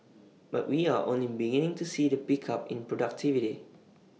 but we are only beginning to see the pickup in productivity